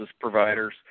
providers